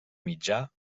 mitjà